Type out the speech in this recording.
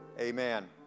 Amen